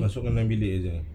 masukkan dalam bilik jer ah